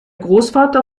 großvater